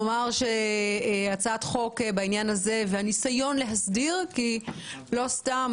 אני אומר שהצעת חוק בעניין הזה והניסיון להסדיר כי לא סתם